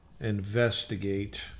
investigate